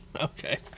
Okay